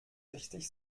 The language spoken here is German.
richtig